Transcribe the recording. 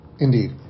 Indeed